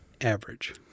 average